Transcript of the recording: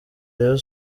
rayon